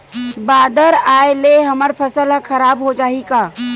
बादर आय ले हमर फसल ह खराब हो जाहि का?